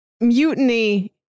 mutiny